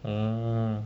oh